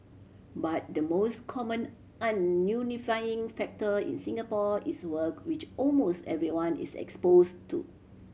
but the most common unifying factor in Singapore is work which almost everyone is expose to